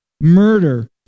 murder